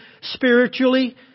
spiritually